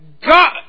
God